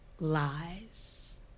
lies